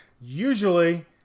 usually